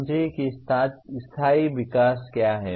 समझें कि स्थायी विकास क्या है